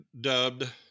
dubbed